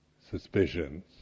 suspicions